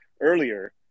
earlier